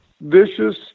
vicious